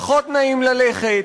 פחות נעים ללכת.